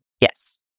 Yes